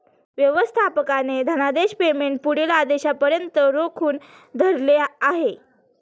व्यवस्थापकाने धनादेश पेमेंट पुढील आदेशापर्यंत रोखून धरले आहे